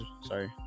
Sorry